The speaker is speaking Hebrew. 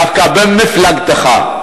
דווקא ממפלגתך,